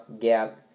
gap